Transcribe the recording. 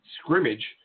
scrimmage